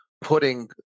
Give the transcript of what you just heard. putting